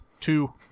Two